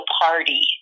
party